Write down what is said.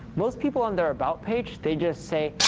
most people on their about page, they just say,